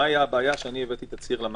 מה הייתה הבעיה שאני הבאתי תצהיר למעסיק?